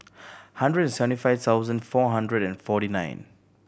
hundred and seventy five thousand four hundred and forty nine